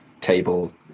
table